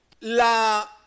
la